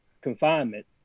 confinement